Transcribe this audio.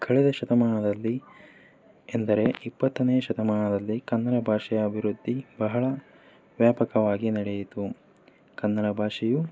ಕಳೆದ ಶತಮಾನದಲ್ಲಿ ಎಂದರೆ ಇಪ್ಪತ್ತನೇ ಶತಮಾನದಲ್ಲಿ ಕನ್ನಡ ಭಾಷೆಯ ಅಭಿವೃದ್ಧಿ ಬಹಳ ವ್ಯಾಪಕವಾಗಿ ನಡೆಯಿತು ಕನ್ನಡ ಭಾಷೆಯು